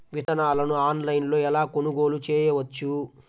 విత్తనాలను ఆన్లైనులో ఎలా కొనుగోలు చేయవచ్చు?